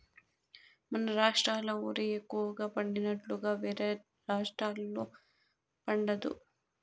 మన రాష్ట్రాల ఓరి ఎక్కువగా పండినట్లుగా వేరే రాష్టాల్లో పండదు